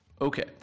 Okay